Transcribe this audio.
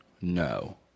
No